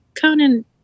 Conan